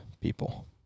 people